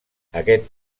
aquest